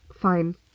fine